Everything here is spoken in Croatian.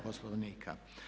Poslovnika.